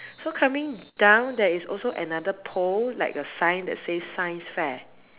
so coming down there is also another pole like a sign that says science fair